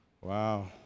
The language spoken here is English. Wow